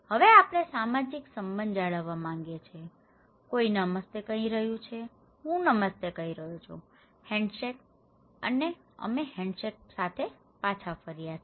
હવે આપણે તે સામાજિક સંબંધ જાળવવા માંગીએ છીએ કોઈ નમસ્તે કહી રહ્યું છે હું નમસ્તે કહી રહ્યો છું હેન્ડશેક અમે હેન્ડશેક સાથે પાછા ફર્યા છે